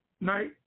night